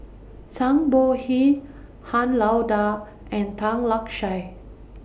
Zhang Bohe Han Lao DA and Tan Lark Sye